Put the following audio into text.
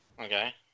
Okay